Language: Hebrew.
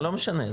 זה לא משנה,